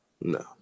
No